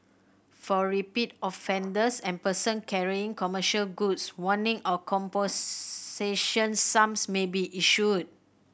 for repeat offenders and person carrying commercial goods warning or composition sums may be issued